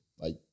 Bye